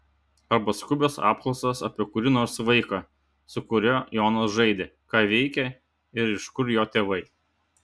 arba skubios apklausos apie kurį nors vaiką su kuriuo jonas žaidė ką veikia ir iš kur jo tėvai